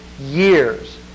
years